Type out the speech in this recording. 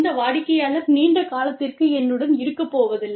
இந்த வாடிக்கையாளர் நீண்ட காலத்திற்கு என்னுடன் இருக்கப் போவதில்லை